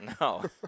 No